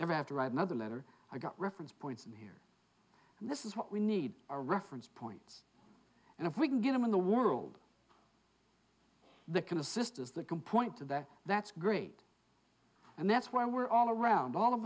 ever have to write another letter i got reference points in here and this is what we need our reference point and if we can get him in the world that can assist as the component to that that's great and that's why we're all around all of